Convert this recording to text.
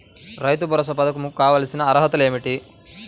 రైతు భరోసా పధకం కు కావాల్సిన అర్హతలు ఏమిటి?